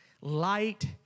light